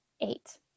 eight